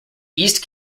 east